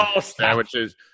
sandwiches